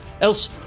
Else